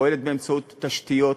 פועלת באמצעות תשתיות,